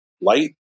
light